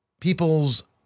people's